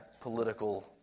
political